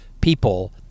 people